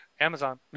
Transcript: Amazon